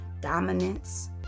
dominance